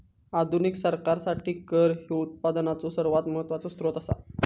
आधुनिक सरकारासाठी कर ह्यो उत्पनाचो सर्वात महत्वाचो सोत्र असा